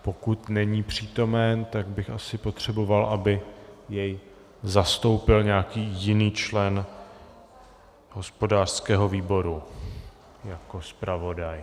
Pokud není přítomen, tak bych asi potřeboval, aby jej zastoupil nějaký jiný člen hospodářského výboru jako zpravodaj.